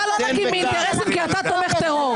אתה לא נקי מאינטרסים, כי אתה תומך טרור.